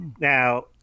Now